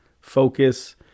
focus